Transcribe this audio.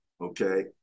okay